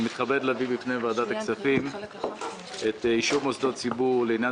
אני מתכבד להביא בפני ועדת הכספים את אישור מסודות ציבור לעניין